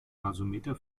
gasometer